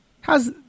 how's